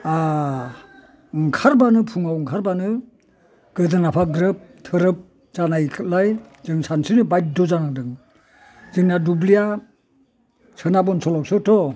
ओंखारब्लानो फुंआव ओंखारब्लानो गोदोनाफा ग्रोब थोरोब जानायलाय जों सानस्रिनो बायदध' जानांदों जोंना दुब्लिया सोनाब ओनसोलावसोथ'